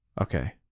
Okay